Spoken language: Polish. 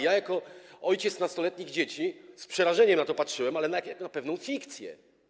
Jako ojciec nastoletnich dzieci z przerażeniem na to patrzyłem, ale jako na pewną fikcję.